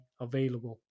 available